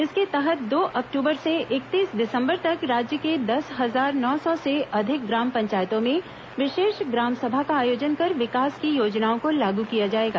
इसके तहत दो अक्टूबर से इकतीस दिसम्बर तक राज्य के दस हजार नौ सौ से अधिक ग्राम पंचायतों में विशेष ग्राम सभा का आयोजन कर विकास की योजनाओं को लागू किया जाएगा